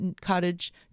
cottage